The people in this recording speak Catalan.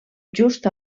just